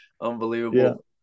Unbelievable